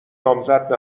نامزد